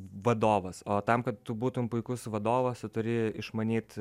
vadovas o tam kad tu būtum puikus vadovas turi išmanyt